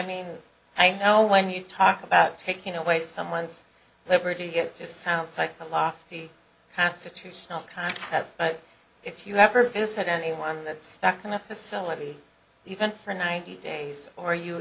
mean i know when you talk about taking away someone's liberty it just sounds like a law constitutional kind but if you have ever visited anyone that stuck in a facility even for ninety days or you